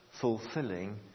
fulfilling